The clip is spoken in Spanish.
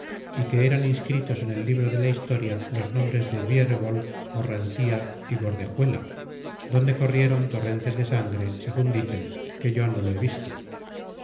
y que serán inscritos en el libro de la historia los nombres de biérgol orrantía y gordejuela donde corrieron torrentes de sangre según dicen que yo no lo he visto